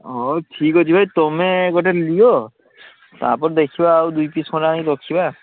ହଉ ଠିକ୍ଅଛି ଭାଇ ତମେ ଗୋଟେ ଲିଅ ତାପରେ ଦେଖିବା ଆଉ ଦୁଇ ପିସ୍ ଖଣ୍ଡେ ଆଣିକି ରଖିବା